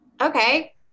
Okay